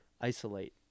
isolate